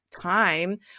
time